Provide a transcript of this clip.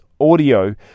audio